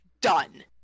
done